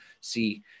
see